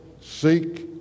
seek